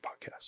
podcast